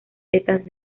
setas